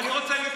אני רוצה להתפלל,